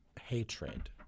hatred